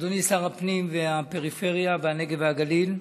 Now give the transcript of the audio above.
אדוני שר הפנים ושר הפריפריה והנגב והגליל,